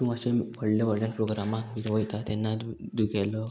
तूं अशें व्हडल्या व्हडल्या प्रोग्रामाक वयता तेन्ना तुगेलो